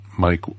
Mike